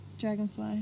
dragonfly